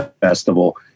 festival